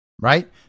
right